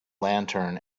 lantern